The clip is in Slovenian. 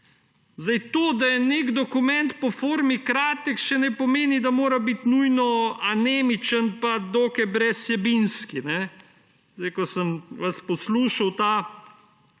To, da je nek dokument po formi kratek, še ne pomeni, da mora biti nujno anemičen pa dokaj brezvsebinski. Ko sem vas poslušal, ta